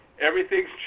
everything's